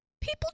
people